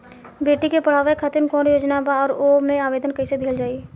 बेटी के पढ़ावें खातिर कौन योजना बा और ओ मे आवेदन कैसे दिहल जायी?